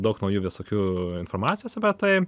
daug naujų visokių informacijos apie tai